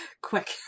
Quick